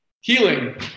Healing